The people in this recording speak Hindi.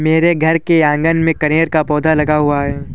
मेरे घर के आँगन में कनेर का पौधा लगा हुआ है